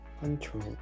Control